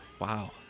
Wow